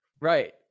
right